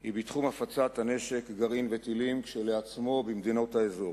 היא בתחום הפצת נשק גרעין וטילים כשלעצמו במדינות האזור.